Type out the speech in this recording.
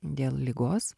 dėl ligos